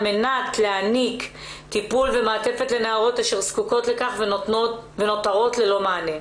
על מנת להעניק טיפול ומעטפת לנערות אשר זקוקות לכך ונותרות ללא מענה.